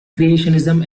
creationism